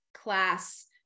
class